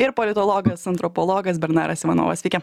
ir politologas antropologas bernaras ivanovas sveiki